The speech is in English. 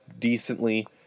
decently